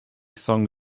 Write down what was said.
song